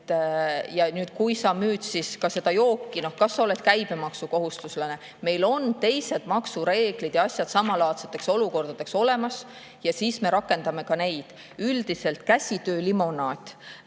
asju. Kui sa müüd seda jooki, siis [on küsimus], kas sa oled käibemaksukohustuslane. Meil on teised maksureeglid ja asjad samalaadseteks olukordadeks olemas ja siis me rakendame ka neid. Üldiselt käsitöölimonaad,